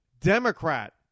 Democrat